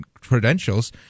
credentials